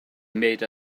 made